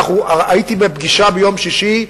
הייתי בפגישה ביום שישי,